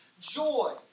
joy